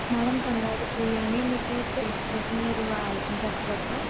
madam తంగడి బిర్యానీ మీకు taste కోసం మీరు ఆలోచించక్కర్లేదు